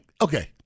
okay